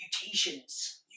mutations